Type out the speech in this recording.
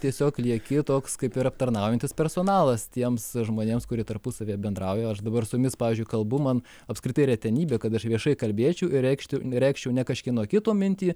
tiesiog lieki toks kaip ir aptarnaujantis personalas tiems žmonėms kurie tarpusavyje bendrauja aš dabar su jumis pavyzdžiui kalbu man apskritai retenybė kad aš viešai kalbėčiau ir reikšti reikščiau ne kažkieno kito mintį